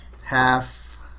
Half